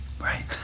Right